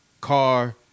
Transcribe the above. car